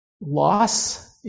loss